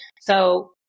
So-